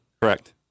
Correct